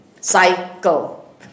Cycle